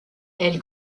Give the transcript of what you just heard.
elle